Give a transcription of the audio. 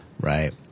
Right